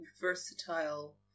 versatile